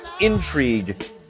intrigue